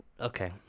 Okay